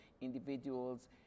individuals